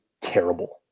terrible